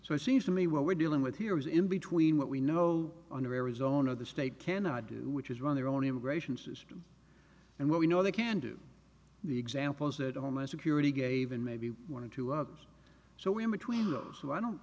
so it seems to me what we're dealing with here is in between what we know under arizona the state cannot do which is run their own immigration system and what we know they can do the examples that homeland security gave in maybe one or two others so in between those two i don't